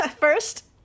first